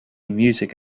music